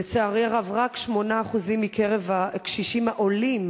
לצערי הרב, רק 8% מכלל הקשישים העולים